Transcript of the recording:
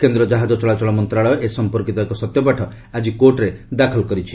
କେନ୍ଦ୍ର ଜାହାଜ ଚଳାଚଳ ମନ୍ତ୍ରଣାଳୟ ଏ ସମ୍ପର୍କିତ ଏକ ସତ୍ୟପାଠ ଆଜି କୋର୍ଟରେ ଦାଖଲ କରିଛି